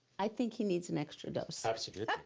i think he needs an extra dose. absolutely. that